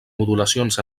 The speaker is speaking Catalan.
modulacions